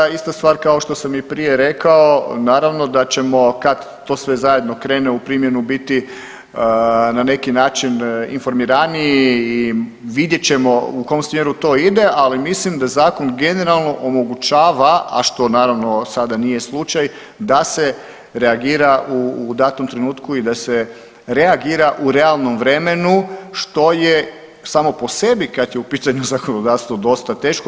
Ista, ista stvar kao što sam i prije rekao naravno da ćemo kad to sve zajedno krene u primjenu biti na neki način informiraniji i vidjet ćemo u kom smjeru to ide, ali mislim da zakon generalno omogućava, a što naravno sada nije slučaj da se reagira u datom trenutku i da se reagira u realnom vremenu što je samo po sebi kad je u pitanju zakonodavstvo dosta teško.